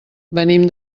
venim